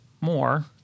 More